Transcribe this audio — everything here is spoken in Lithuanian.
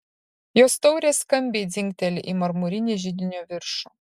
jos taurė skambiai dzingteli į marmurinį židinio viršų